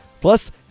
Plus